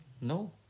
No